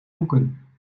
hoeken